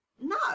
no